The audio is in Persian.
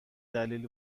دلیل